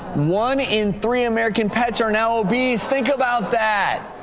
one in three americans pets are now obese, think about that.